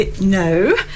no